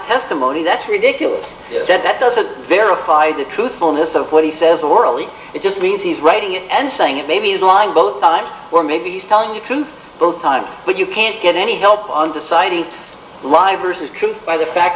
testimony that's ridiculous that doesn't verify the truthfulness of what he says orally it just means he's writing it and saying it maybe is lying both sides or maybe he's telling the truth both times but you can't get any help on deciding live versus truth by the fact